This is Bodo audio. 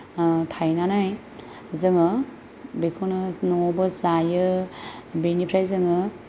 थायनानै जोङो बेखौनो न'आवबो जायो बेनिफ्राय जोङो